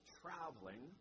traveling